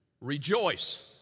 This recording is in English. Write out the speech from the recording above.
Rejoice